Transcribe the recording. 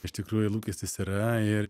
iš tikrųjų lūkestis yra ir